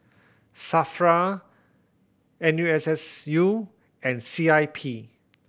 SAFRA N U S S U and C I P